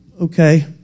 okay